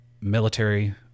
military